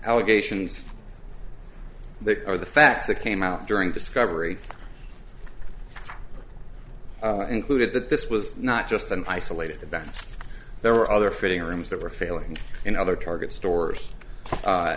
allegations are the facts that came out during discovery included that this was not just an isolated event there were other fitting rooms that were failing in other target stores